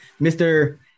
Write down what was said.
Mr